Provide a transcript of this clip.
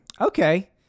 Okay